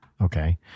okay